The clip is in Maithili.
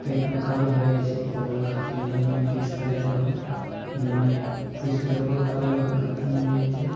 पेटमे कब्ज हो जाइ छै तऽ ओकरा खातिर जमैन पीसिके दै दहो जमैन पिसिके देबहो तऽ कब्ज ओकर खतम होइ जेतै